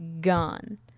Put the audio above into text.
gone